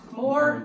more